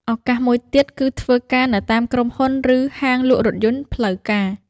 ឱកាសមួយទៀតគឺធ្វើការនៅតាមក្រុមហ៊ុនឬហាងលក់រថយន្តផ្លូវការ។